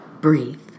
breathe